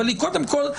אבל קודם כל,